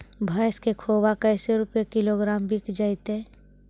भैस के खोबा कैसे रूपये किलोग्राम बिक जइतै?